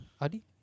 Adi